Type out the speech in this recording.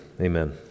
Amen